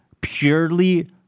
purely